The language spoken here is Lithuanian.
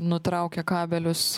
nutraukė kabelius